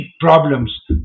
problems